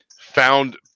found